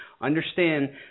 Understand